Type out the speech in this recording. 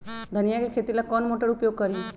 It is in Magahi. धनिया के खेती ला कौन मोटर उपयोग करी?